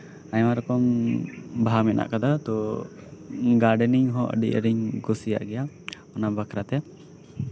ᱟᱭᱢᱟ ᱨᱚᱠᱚᱢ ᱵᱟᱦᱟ ᱢᱮᱱᱟᱜ ᱟᱠᱟᱫᱟ ᱛᱚ ᱜᱟᱰᱮᱱᱤᱝ ᱦᱚᱸ ᱟᱹᱰᱤ ᱟᱸᱴᱤᱧ ᱠᱩᱥᱤᱭᱟᱜ ᱜᱮᱭᱟ ᱚᱱᱟ ᱵᱟᱠᱷᱨᱟᱛᱮ